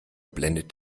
blendet